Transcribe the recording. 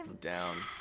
Down